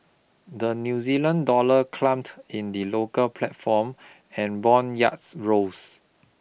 the New Zealand Dollar climbed in the local platform and bond rose